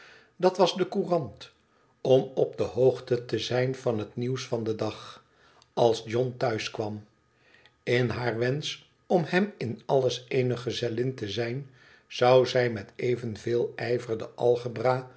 dat was de courant om op de hoogte te zijn van het nieuws van den dag als ohn thuis kwam in haar wensch om hem in alles eene gezellin te zijn zou zij met evenveel ijver de